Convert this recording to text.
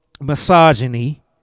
misogyny